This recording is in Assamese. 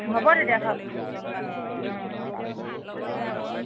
হ'ব তেতিয়া থ ওম ওম